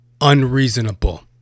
unreasonable